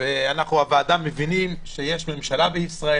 אנחנו הוועדה מבינים שיש ממשלה בישראל,